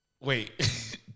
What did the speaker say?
wait